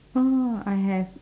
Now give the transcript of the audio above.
oh I have